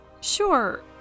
Sure